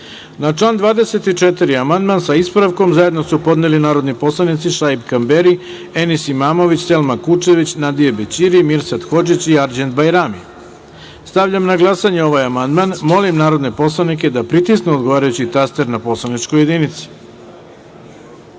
član 23. amandman, sa ispravkom, zajedno su podneli narodni poslanici Šaip Kamberi, Enis Imamović, Selma Kučević, Nadije Bećiri, Mirsad Hodžić i Arđend Bajrami. Stavljam na glasanje ovaj amandman. Molim poslanike da pritisnu odgovarajući taster na poslaničkoj jedinici. Glasalo